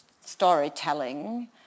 storytelling